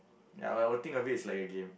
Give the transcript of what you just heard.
ya I will think of it like is a game